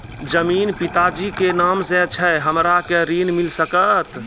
जमीन पिता जी के नाम से छै हमरा के ऋण मिल सकत?